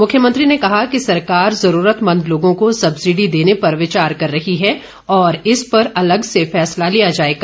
मुख्यमंत्री ने कहा कि सरकार जरूरतमंद लोगों को सब्सिडी देने पर विचार कर रही है और इस पर अलग से फैसला लिया जाएगा